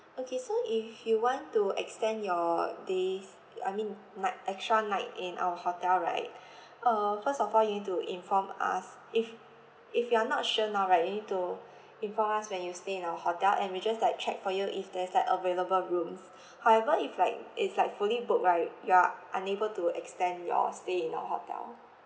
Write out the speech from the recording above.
okay so if you want to extend your days uh I mean night extra night in our hotel right uh first of all you need to inform us if if you are not sure now right you need to inform us when you stay in our hotel and we'll just like check for you if there's like available rooms however if like it's like fully booked right you are unable to extend your stay in our hotel